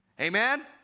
Amen